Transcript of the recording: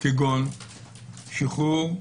כגון שחרור,